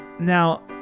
Now